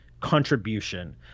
contribution